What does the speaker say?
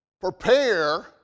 prepare